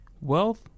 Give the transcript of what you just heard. wealth